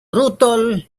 throttle